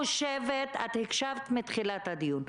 הקשבת מתחילת הדיון,